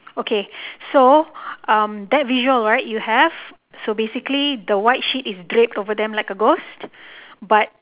okay so um that visual right you have so basically the white sheet is draped over them like a ghost but